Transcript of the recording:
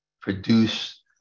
produce